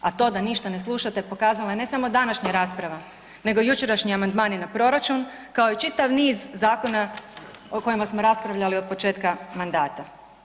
A to da ništa ne slušate pokazala je ne samo današnja rasprava nego i jučerašnji amandmani na proračun kao i čitav niz zakona o kojima smo raspravljali od početka mandata.